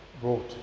brought